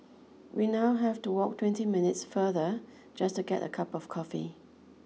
we now have to walk twenty minutes farther just to get a cup of coffee